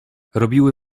robiły